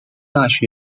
大学